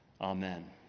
Amen